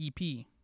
EP